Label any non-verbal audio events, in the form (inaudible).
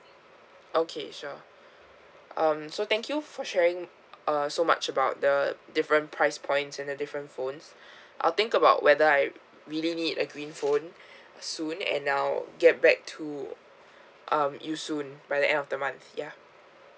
okay sure um so thank you for sharing uh so much about the different price points and the different phones (breath) I'll think about whether I really need a green phone (breath) soon and I'll get back to um you soon by the end of the month yeah